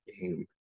game